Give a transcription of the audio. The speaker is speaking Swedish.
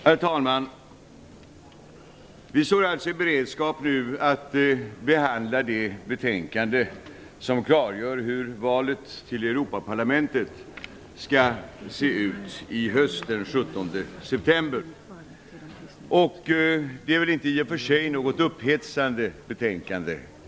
Herr talman! Vi står nu i beredskap att behandla det betänkande som klargör hur valet till Europaparlamentet den 17 september i höst skall se ut. Där behandlas också vissa andra valfrågor.